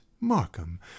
markham